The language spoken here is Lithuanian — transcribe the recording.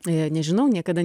nežinau niekada